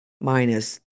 minus